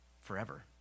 forever